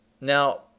Now